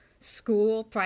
school